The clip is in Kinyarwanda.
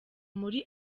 muri